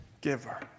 giver